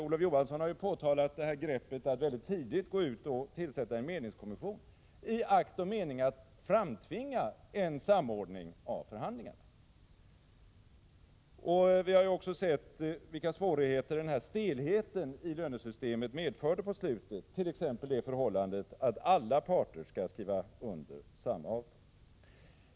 Olof Johansson har kritiserat greppet att på ett mycket tidigt stadium tillsätta en medlingskommission, i akt och mening att framtvinga en samordning av förhandlingarna. Vi har ju sett vilka svårigheter den här stelheten i lönesystemet medförde på slutet, t.ex. det förhållandet att alla parter skall skriva under samma avtal.